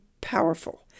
powerful